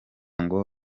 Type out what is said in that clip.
ngo